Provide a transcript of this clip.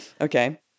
Okay